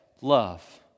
love